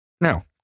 No